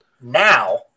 now